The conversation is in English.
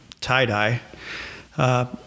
tie-dye